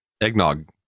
eggnog